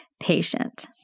patient